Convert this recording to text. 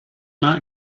not